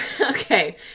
Okay